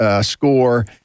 score